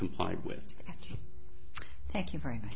complied with thank you very much